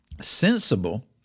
Sensible